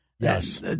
Yes